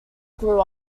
grew